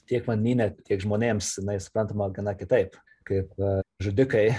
tiek vandenyne tiek žmonėms jinai suprantama gana kitaip kaip žudikai